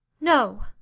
No